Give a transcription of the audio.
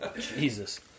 Jesus